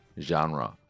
genre